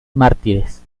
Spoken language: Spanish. mártires